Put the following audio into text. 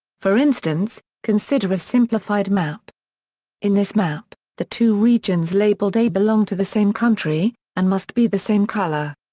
for instance, consider a simplified map in this map, the two regions labeled a belong to the same country, and must be the same color.